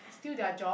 steal their job